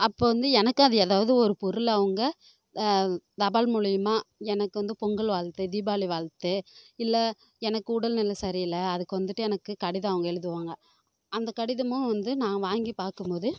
அப்போ வந்து எனக்கு அது எதாவது ஒரு பொருள் அவங்க தபால் மூலியமாக எனக்கு வந்து பொங்கல் வாழ்த்து தீபாவளி வாழ்த்து இல்லை எனக்கு உடல் நிலை சரியில்லை அதுக்கு வந்துவிட்டு எனக்கு கடிதம் அவங்க எழுதுவாங்க அந்த கடிதமும் வந்து நான் வாங்கி பார்க்கும்போது